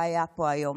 שהיה פה היום,